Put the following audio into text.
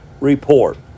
report